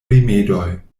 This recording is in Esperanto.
rimedoj